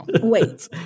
Wait